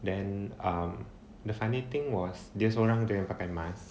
then um the funny thing was dia seorang jer yang pakai mask